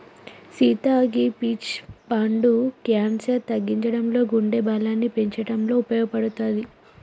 సీత గీ పీచ్ పండు క్యాన్సర్ తగ్గించడంలో గుండె బలాన్ని పెంచటంలో ఉపయోపడుతది